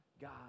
God